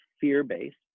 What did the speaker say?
fear-based